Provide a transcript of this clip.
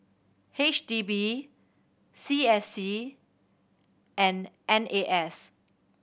H D B C S C and N A S